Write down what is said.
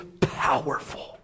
powerful